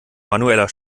manueller